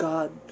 God